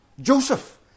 Joseph